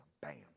bam